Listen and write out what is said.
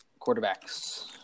quarterbacks